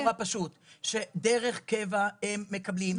אבל המסר צריך להיות נורא פשוט: שדרך קבע הם מקבלים,